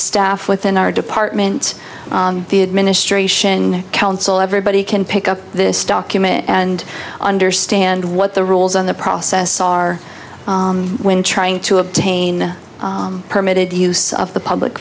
staff within our department the administration council everybody can pick up this document and understand what the rules on the process are when trying to obtain permitted use of the public